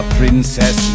princess